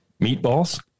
meatballs